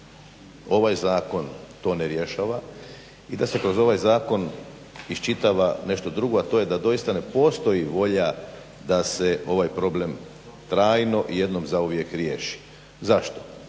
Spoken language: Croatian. ovaj zakon to ne rješava i da se kroz ovaj zakon iščitava nešto drugo, a to je da doista ne postoji volja da se ovaj problem trajno i jednom zauvijek riješi. Zašto?